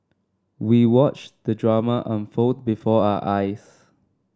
we watched the drama unfold before our eyes